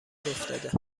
افتاده